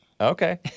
Okay